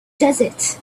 desert